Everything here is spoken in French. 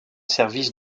services